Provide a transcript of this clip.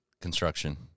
construction